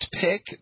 pick